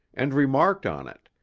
and remarked on it,